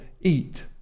eat